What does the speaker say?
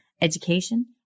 education